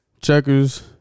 Checkers